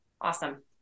Awesome